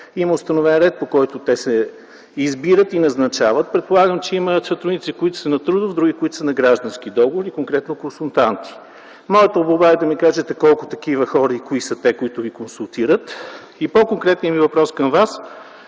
има установен ред, по който те се избират и назначават. Предполагам, че има сътрудници, които са на трудов, и други, които са на граждански договор и конкретно консултанти. Моята молба е да ми кажете колко такива хора и кои са те, които Ви консултират. По-конкретният ми въпрос към Вас